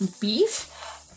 beef